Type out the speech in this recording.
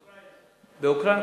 באוקראינה.